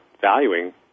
valuing